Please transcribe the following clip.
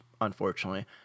unfortunately